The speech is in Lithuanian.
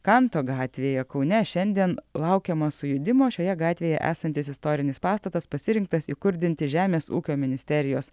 kanto gatvėje kaune šiandien laukiama sujudimo šioje gatvėje esantis istorinis pastatas pasirinktas įkurdinti žemės ūkio ministerijos